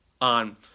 on